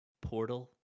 Portal